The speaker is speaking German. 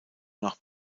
nach